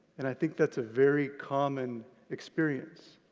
and i think that's a very common experience.